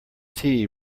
tea